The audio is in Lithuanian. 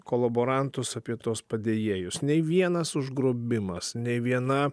kolaborantus apie tuos padėjėjus nei vienas užgrobimas nei viena